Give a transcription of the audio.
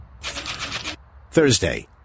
Thursday